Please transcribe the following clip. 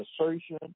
assertion